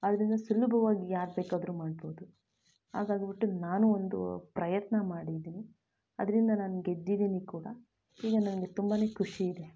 ಆದ್ದರಿಂದ ಸುಲಭವಾಗಿ ಯಾರು ಬೇಕಾದ್ರೂ ಮಾಡ್ಬೋದು ಹಾಗಾಗ್ಬಿಟ್ಟು ನಾನೂ ಒಂದು ಪ್ರಯತ್ನ ಮಾಡಿದ್ದೀನಿ ಅದರಿಂದ ನಾನು ಗೆದ್ದಿದ್ದೀನಿ ಕೂಡ ಈಗ ನನ್ಗೆ ತುಂಬಾ ಖುಷಿಯಿದೆ